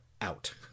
out